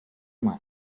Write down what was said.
mai